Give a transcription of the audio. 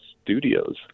studios